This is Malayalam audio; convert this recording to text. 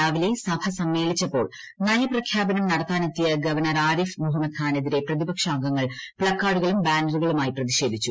രാവിലെ സഭ സമ്മേളിച്ചപ്പോൾ നയപ്രഖ്യാപനം നടത്താനെത്തിയ ഗവർണർ ആരിഫ് മുഹമ്മദ് ഖാനെതിരെ പ്രതിപക്ഷാംഗങ്ങൾ പ്പക്കാർഡും ബാനറുകളുമായി പ്രതിഷേധിച്ചു